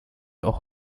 auch